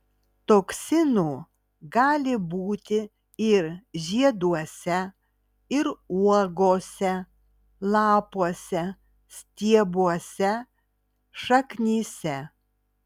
toksinų gali būti ir žieduose ir uogose lapuose stiebuose šaknyse